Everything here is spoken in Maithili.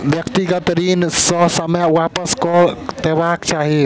व्यक्तिगत ऋण के ससमय वापस कअ देबाक चाही